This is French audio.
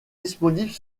disponibles